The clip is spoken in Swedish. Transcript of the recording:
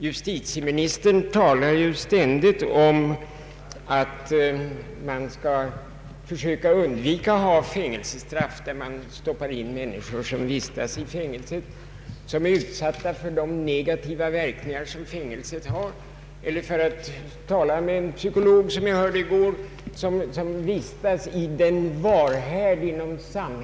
Justitieministern talar ju ständigt om att man skall försöka undvika fängelsestraff som innebär att människor blir utsatta för de negativa verkningar som ett fängelsestraff medför, när de — för att tala som en psykolog jag hörde i går — vistas i den varhärd Ang.